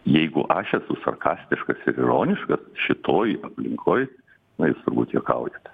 jeigu aš esu sarkastiškas ir ironiškas šitoj aplinkoj na jūs turbūt juokaujate